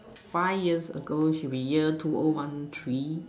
five years ago should be year two o one three